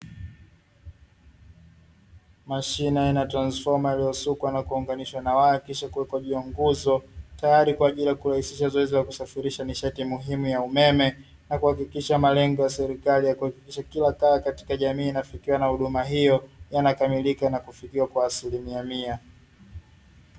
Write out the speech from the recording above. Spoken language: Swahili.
Mashine aina ya transifoma, iliyosukwa na kuunganishwa na waya kisha kuwekwa juu ya nguzo, tayari kwa ajili ya kurahisisha zoezi la kusafirisha nishati muhimu ya umeme na kuhakikisha malengo ya serikali ya kuhakikisha kila kaya katika jamii inafikiwa na huduma hiyo, yanakamilika na kufikiwa kwa asilimia mia.